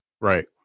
Right